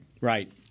Right